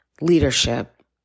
leadership